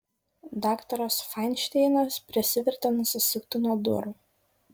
daktaras fainšteinas prisivertė nusisukti nuo durų